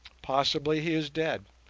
possibly he is dead,